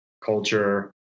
Culture